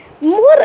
more